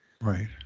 right